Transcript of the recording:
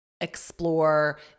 explore